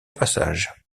passage